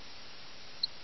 പരിശോധിക്കുക